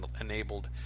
enabled